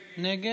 נגד.